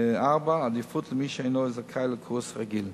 4. עדיפות למי שאינו זכאי לקורס רגיל.